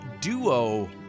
Duo